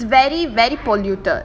hmm it's very very polluted